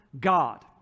God